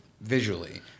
visually